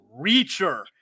Reacher